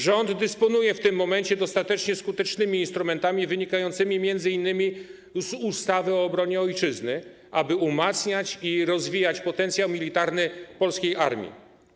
Rząd dysponuje w tym momencie dostatecznie skutecznymi instrumentami wynikającymi m.in. z ustawy o obronie Ojczyzny, aby umacniać i rozwijać potencjał militarny polskiej armii.